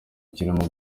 kirimo